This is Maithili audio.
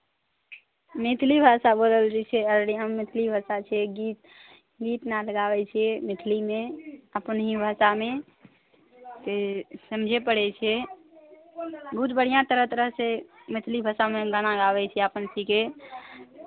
मैथिली भाषा बोलल जाइ छै अररियामे मैथिली भाषा छै गीत गीत नाद गाबै छियै मैथिलीमे अपन ही भाषामे से समझय पड़ै छै बहुत बढ़िआँ तरह तरहसँ मैथिली भाषामे हम गाना गाबै छियै अपन अथिके